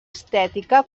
estètica